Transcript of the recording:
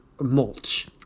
mulch